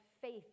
faith